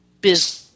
business